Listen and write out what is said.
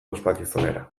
ospakizunera